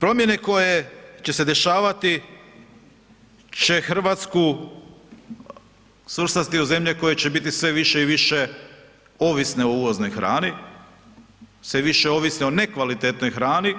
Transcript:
Promjene koje će se dešavati će RH svrstati u zemlje koje će biti sve više i više ovisne o uvoznoj hrani, sve više ovisni o nekvalitetnoj hrani,